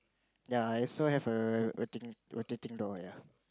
yea I also have a rotating rotating doll yea